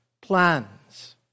plans